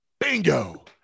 bingo